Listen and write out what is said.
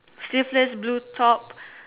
sleeveless blue top